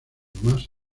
más